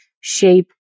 shape